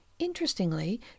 Interestingly